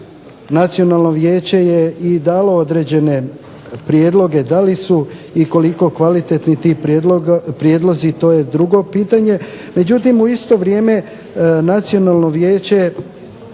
Nacionalno vijeće je i dalo određene prijedloge. Da li su i koliko kvalitetni ti prijedlozi to je drugo pitanje. Međutim, u isto vrijeme Nacionalno vijeće